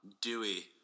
Dewey